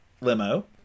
limo